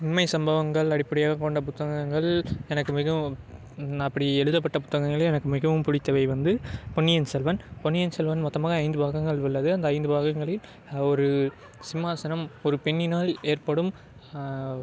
உண்மை சம்பவங்கள் அடிப்படையாக கொண்ட புத்தகங்கள் எனக்கு மிகவும் அப்படி எழுதப்பட்ட புத்தகங்கள் எனக்கு மிகவும் பிடித்தவை வந்து பொன்னியின் செல்வன் பொன்னியின் செல்வன் மொத்தமாக ஐந்து பாகங்கள் உள்ளது அந்த ஐந்து பாகங்களில் ஒரு சிம்மாசனம் ஒரு பெண்ணினால் ஏற்படும்